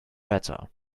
better